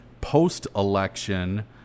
post-election